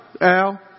Al